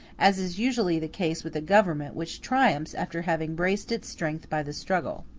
as is usually the case with a government which triumphs after having braced its strength by the struggle.